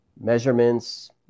measurements